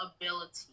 ability